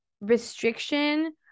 restriction